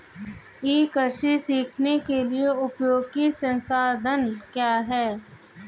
ई कृषि सीखने के लिए उपयोगी संसाधन क्या हैं?